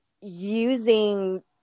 using